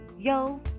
Yo